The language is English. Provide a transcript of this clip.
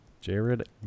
Jared